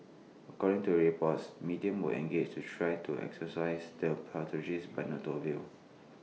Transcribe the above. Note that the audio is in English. according to the reports mediums were engaged to try to exorcise their poltergeists but no to avail